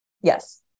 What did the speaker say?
yes